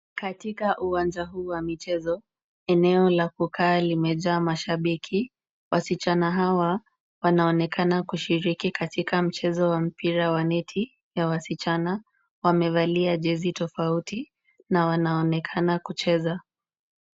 Katika uwanja huu wa michezo eneo la kukaa limejaa mashabiki. Wasichana hawa wanaonekana kushiriki katika mchezo wa mpira wa neti ya wasichana. Wamevalia jezi tofauti na wanaonekana kucheza.